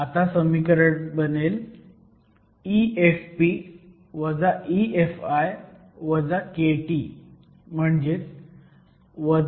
आता समीकरण बनेल EFp EFi kT म्हणजेच 0